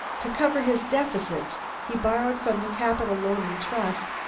to cover his deficits, he borrowed from the capitol loan and trust,